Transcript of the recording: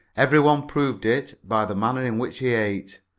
every one proved it by the manner in which he ate.